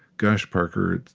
gosh, parker,